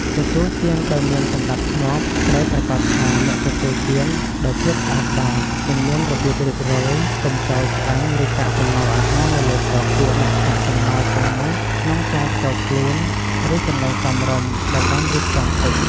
ទទួលទានដោយមានសណ្ដាប់ធ្នាប់ត្រូវប្រាកដថាអ្នកទទួលទានដោយភាពស្អាតបាត និងមានរបៀបរៀបរយ កុំចោលឆ្អឹង ឬកាកសំណល់អាហារនៅលើតុ គួរដាក់កាកសំណល់ទាំងនោះក្នុងចានផ្ទាល់ខ្លួន ឬកន្លែងសមរម្យដែលបានរៀបចំទុក។